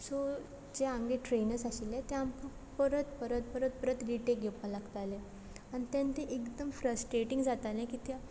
so जे आमगे trainers आशिल्ले ते आमक परत परत परत परत रिटेक घेवपा लागताले आनी तेन्ना ती एकदम फ्रस्टेटींग जातालें कित्या